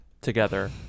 together